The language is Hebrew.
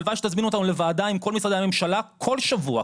הלוואי שתזמינו אותנו לוועדה עם כל משרדי הממשלה כל שבוע,